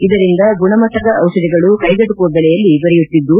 ಇದರಿಂದ ಗುಣಮಟ್ಟದ ದಿಷಧಿಗಳು ಕೈಗೆಟುಕುವ ಬೆಲೆಯಲ್ಲಿ ದೊರೆಯುತ್ತಿದ್ದು